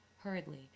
hurriedly